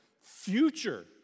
future